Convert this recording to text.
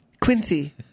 Quincy